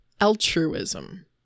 altruism